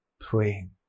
praying